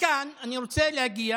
מכאן אני רוצה להגיע